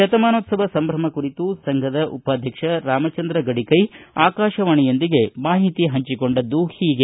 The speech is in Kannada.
ಶತಮಾನೋತ್ಸವ ಸಂಭ್ರಮ ಕುರಿತು ಸಂಘದ ಉಪಾಧ್ಯಕ್ಷ ರಾಮಚಂದ್ರ ಗಡಿಕೈ ಆಕಾಶವಾಣಿಯೊಂದಿಗೆ ಮಾಹಿತಿ ಹಂಚಿಕೊಂಡಿದ್ದು ಹೀಗೆ